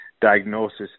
diagnosis